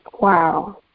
Wow